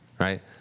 right